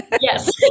Yes